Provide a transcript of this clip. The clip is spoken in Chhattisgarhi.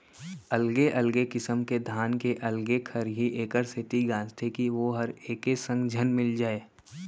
अलगे अलगे किसम के धान के अलगे खरही एकर सेती गांजथें कि वोहर एके संग झन मिल जाय